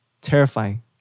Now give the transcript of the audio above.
terrifying